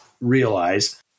realize